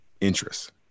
interests